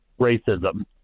racism